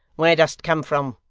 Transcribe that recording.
where dost come from